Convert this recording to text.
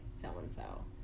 so-and-so